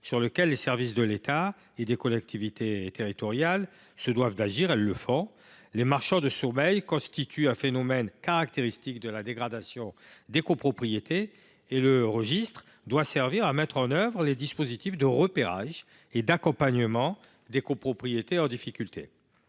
cet égard, les services de l’État et des collectivités territoriales doivent agir, et ils le font. Les marchands de sommeil constituent un phénomène caractéristique de la dégradation des copropriétés, et le registre doit servir à mettre en œuvre les dispositifs de repérage et d’accompagnement des copropriétés en difficulté.